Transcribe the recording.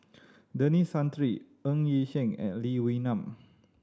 Denis Santry Ng Yi Sheng and Lee Wee Nam